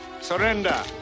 surrender